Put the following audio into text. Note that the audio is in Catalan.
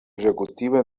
executiva